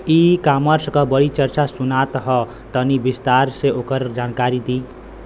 E commerce क बड़ी चर्चा सुनात ह तनि विस्तार से ओकर जानकारी दी?